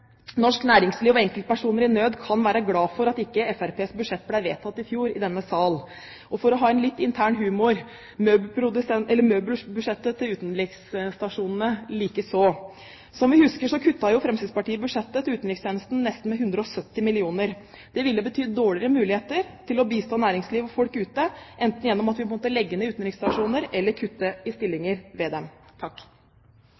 Norsk næringsliv og enkeltpersoner i nød kan være glade for at ikke Fremskrittspartiets budsjett ble vedtatt i fjor i denne sal – og for å ha litt intern humor: møbelbudsjettet til utenriksstasjonene likeså. Som vi husker, kuttet Fremskrittspartiet budsjettet til utenrikstjenesten med nesten 170 mill. kr. Det ville betydd dårligere muligheter til å bistå næringsliv og folk ute, enten gjennom at vi måtte legge ned utenriksstasjoner eller kutte i